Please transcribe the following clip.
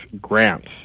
grants